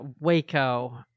Waco